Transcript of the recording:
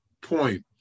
point